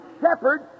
shepherd